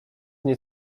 nie